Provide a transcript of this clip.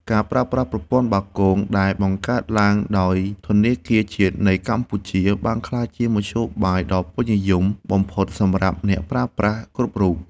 ការប្រើប្រាស់ប្រព័ន្ធបាគងដែលបង្កើតឡើងដោយធនាគារជាតិនៃកម្ពុជាបានក្លាយជាមធ្យោបាយដ៏ពេញនិយមបំផុតសម្រាប់អ្នកប្រើប្រាស់គ្រប់រូប។